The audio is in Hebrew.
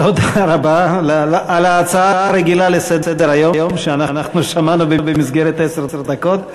תודה רבה על ההצעה הרגילה לסדר-היום שאנחנו שמענו במסגרת עשר דקות.